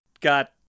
got